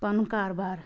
پَنُن کاروبار